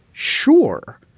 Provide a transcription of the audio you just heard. sure.